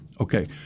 Okay